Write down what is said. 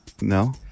No